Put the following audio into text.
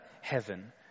heaven